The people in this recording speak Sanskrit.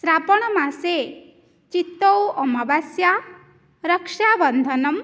श्रावणमासे चित्तौ अमवास्या रक्षाबन्धनं